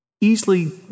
easily